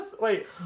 Wait